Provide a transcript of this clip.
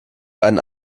einen